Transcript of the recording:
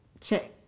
check